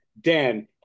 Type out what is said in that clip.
Dan